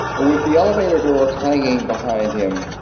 with the elevator door clanging behind him,